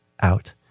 out